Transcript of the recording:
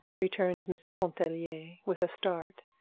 returned mrs. pontellier, with a start,